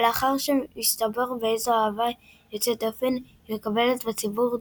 ולאחר שהסתבר באיזו אהבה יוצאת דופן היא מתקבלת בציבור,